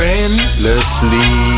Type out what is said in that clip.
endlessly